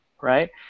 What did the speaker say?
right